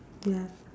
ya